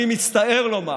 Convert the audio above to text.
אני מצטער לומר